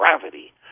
gravity